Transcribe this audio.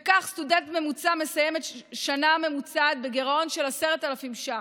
וכך סטודנט ממוצע מסיים שנה ממוצעת בגירעון של 10,000 ש"ח.